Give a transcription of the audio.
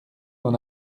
d’en